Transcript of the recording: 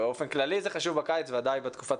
באופן כללי זה חשוב בקיץ וודאי בתקופת